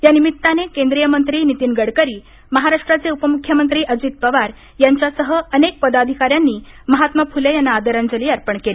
या निमित्ताने केंद्रीय मंत्री नितीन गडकरी महाराष्ट्राचे उपमुख्यमंत्री अजित पवार यांच्यासह अनेक पदाधिकाऱ्यांनी महात्मा फुले यांना आदरांजली अर्पण केली